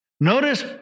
Notice